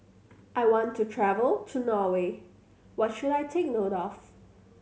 I want to travel to Norway what should I take note of